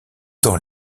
dans